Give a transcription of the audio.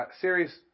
series